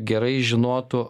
gerai žinotų